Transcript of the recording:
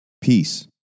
Peace